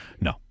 No